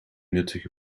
nuttige